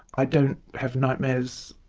i don't have nightmares,